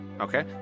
Okay